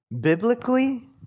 biblically